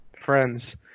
Friends